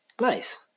Nice